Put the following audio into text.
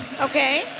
Okay